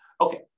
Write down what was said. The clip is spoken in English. Okay